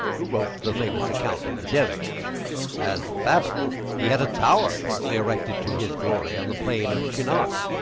who wrote the famous account of the deluge as babel he had a tower partly erected to his glory on the plain of shinar.